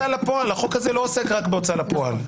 --- החוק הזה לא עוסק רק בהוצאה לפועל.